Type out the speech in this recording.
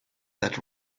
that